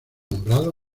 nombrado